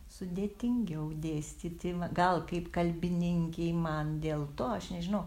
sudėtingiau dėstyti gal kaip kalbininkei man dėl to aš nežinau